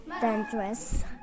dangerous